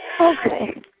Okay